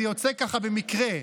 זה יוצא ככה במקרה: